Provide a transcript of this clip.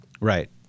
Right